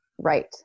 Right